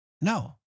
no